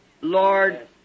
Lord